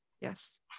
yes